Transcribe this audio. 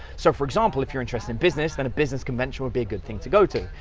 so for example, if you're interested in business, than a business convention would be a good thing to go to.